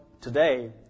today